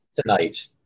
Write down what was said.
tonight